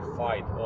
fight